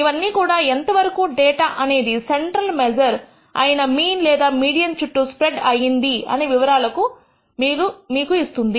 ఇవన్నీ కూడా ఎంతవరకూ డేటా అనేది సెంట్రల్ మెజర్ అయిన మీన్ లేదా మీడియన్ చుట్టూ స్ప్రెడ్ అయింది అనే వివరాలను మీకు ఇస్తుంది